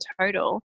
total